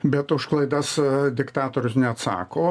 bet už klaidas diktatorius neatsako